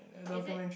is it